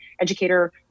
educator